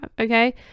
okay